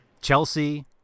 Chelsea